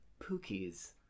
Pookie's